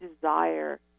desire